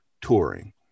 touring